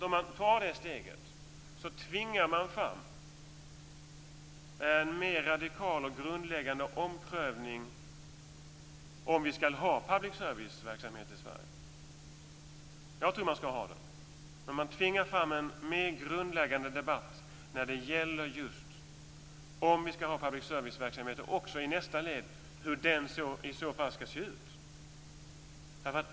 Om man tar det steget tvingar man fram en mer radikal och grundläggande omprövning av om vi skall ha public serviceverksamhet i Sverige. Jag tror vi skall ha det. Men man tvingar fram en mer grundläggande debatt när det gäller om vi skall ha public service-verksamhet, och även i nästa led hur den i så fall skall se ut.